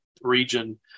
region